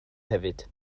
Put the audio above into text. hefyd